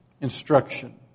instruction